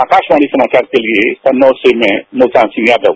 आकाशवाणी समाचार के लिए कन्नौज से मैं मुलतान सिंह यादव